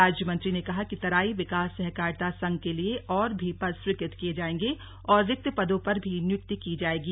राज्यमंत्री ने कहा कि तराई विकास सहकारिता संघ के लिए और भी पद स्वीकृत किये जाएंगे और रिक्त पदों पर भी नियुक्ति की जायेगी